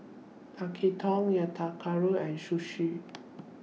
Tekkadon Yakitori and Sushi